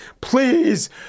Please